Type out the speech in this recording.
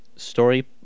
story